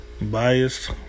Biased